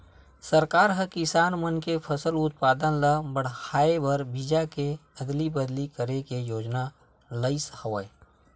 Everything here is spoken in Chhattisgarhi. सरकार ह किसान मन के फसल उत्पादन ल बड़हाए बर बीजा के अदली बदली करे के योजना लइस हवय